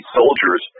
soldiers